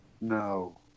No